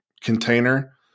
container